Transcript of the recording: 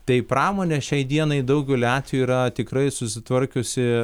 tai pramonė šiai dienai daugeliu atvejų yra tikrai susitvarkiusi